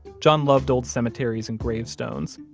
john loved old cemeteries and gravestones,